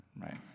Right